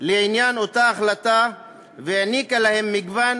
לעניין אותה החלטה והעניקה להם מגוון